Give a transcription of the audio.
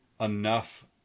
enough